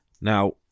Now